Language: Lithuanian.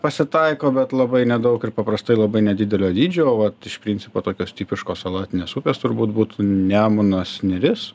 pasitaiko bet labai nedaug ir paprastai labai nedidelio dydžio vat iš principo tokios tipiškos salatinės upės turbūt būtų nemunas neris